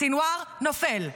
סנוואר נופל,